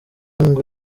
ngo